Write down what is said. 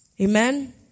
Amen